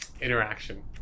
interaction